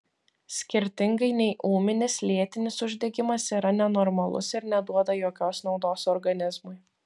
skirtingai nei ūminis lėtinis uždegimas yra nenormalus ir neduoda jokios naudos organizmui